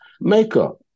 makeup